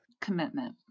commitment